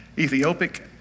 Ethiopic